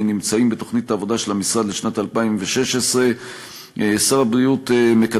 נמצאים בתוכנית העבודה של המשרד לשנת 2016. שר הבריאות גם